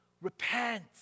Repent